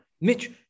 Mitch